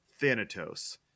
Thanatos